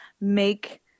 make